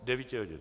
Devíti hodin.